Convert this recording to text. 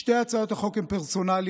שתי הצעות החוק הן פרסונליות.